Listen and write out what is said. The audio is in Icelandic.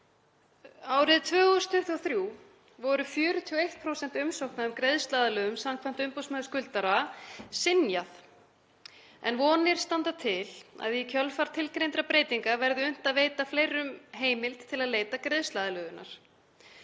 Árið 2023 var 41% umsókna um greiðsluaðlögun samkvæmt umboðsmanni skuldara synjað en vonir standa til að í kjölfar tilgreindra breytinga verði unnt að veita fleirum heimild til að leita greiðsluaðlögunar.